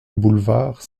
boulevard